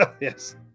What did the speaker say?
Yes